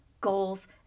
goals